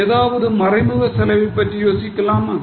ஏதாவது மறைமுக செலவைப் பற்றி யோசிக்கலாமா